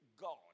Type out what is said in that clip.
God